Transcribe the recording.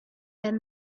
and